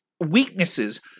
weaknesses